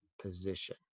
position